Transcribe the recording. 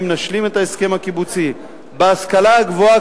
אם נשלים את ההסכם הקיבוצי בהשכלה הגבוהה,